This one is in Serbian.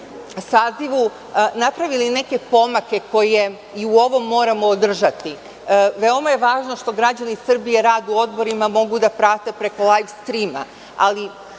sazivu napravili neke pomake koje i u ovom moramo održati. Veoma je važno što građani Srbije rad u odborima mogu da prate preko lajvstrima, ali